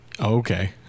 okay